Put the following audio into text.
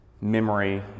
memory